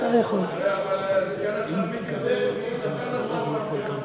אבל סגן השר מיקי מספר לשר מה אומרים פה.